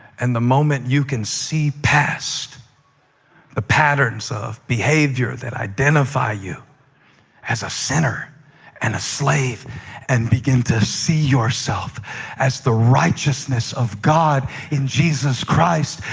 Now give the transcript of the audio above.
and the moment you can see past the ah patterns of behavior that identify you as a sinner and a slave and begin to see yourself as the righteousness of god in jesus christ,